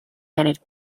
and